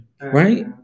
Right